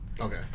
okay